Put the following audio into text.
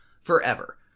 forever